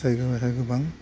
जायगायावहाय गोबां